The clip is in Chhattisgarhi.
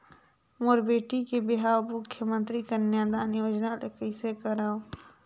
मोर बेटी के बिहाव मुख्यमंतरी कन्यादान योजना ले कइसे करव?